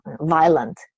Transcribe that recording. violent